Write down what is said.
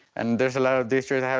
and there's a lot of these shirts. i have,